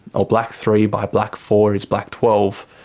or black three by black four is black twelve.